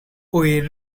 were